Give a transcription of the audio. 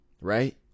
right